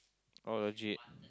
oh legit